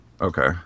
Okay